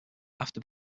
after